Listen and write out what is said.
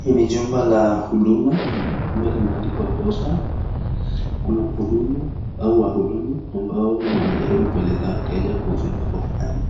Hii ni jumba la huduma ambalo limeandikwa Posta. Kuna mhudumu au wahudumu ambao wanajaribu kuwealeza wateja kuhusu jambo fulani.